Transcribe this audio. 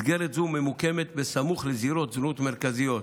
מסגרת זו ממוקמת בסמוך לזירות זנות מרכזיות.